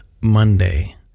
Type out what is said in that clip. Monday